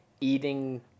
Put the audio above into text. eating